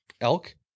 elk